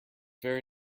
very